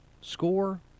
Score